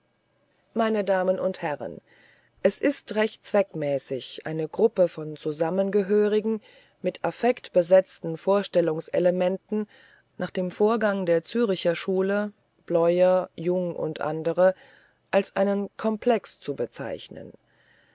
meine damen und herren es ist recht zweckmäßig eine gruppe von zusammengehörigen mit affekt besetzten vorstellungselementen nach dem vorgang der züricher schule bleuler jung u a als einen komplex zu bezeichnen